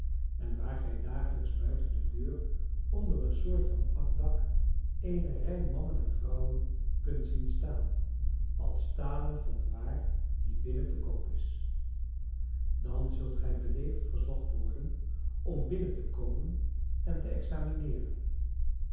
en waar gij dagelijks buiten de deur onder een soort van afdak eene rij mannen en vrouwen kunt zien staan als stalen van de waar die binnen te koop is dan zult gij beleefd verzocht worden om binnen te komen en te examineeren